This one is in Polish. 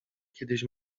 kiedyś